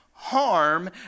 Harm